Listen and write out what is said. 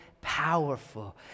powerful